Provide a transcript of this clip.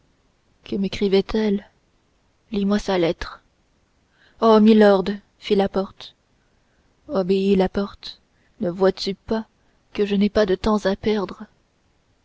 que mécrivait elle lis-moi sa lettre oh milord fit la porte obéis la porte ne vois-tu pas que je n'ai pas de temps à perdre